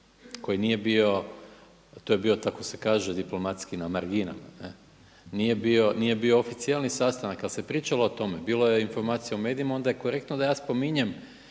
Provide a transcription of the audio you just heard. koji nije bio, to je bio tako se kaže diplomatski na marginama, nije bio oficijalni sastanak ali se pričalo o tome, bilo je informacija u medijima onda je korektno da ja spominjem